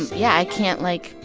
yeah. i can't, like,